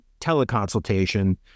teleconsultation